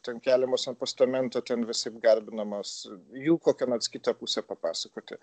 ten keliamos ant postamento visaip garbinamos jų kokią nors kitą pusę papasakoti